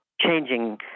changing